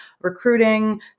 recruiting